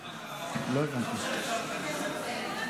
הצעת חוק שירות לאומי-אזרחי (תיקון מס' 6),